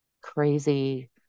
crazy